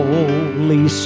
Holy